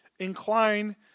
Incline